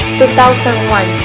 2001